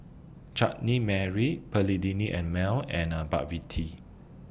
Chutney Mary Perllini and Mel and McVitie